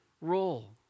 role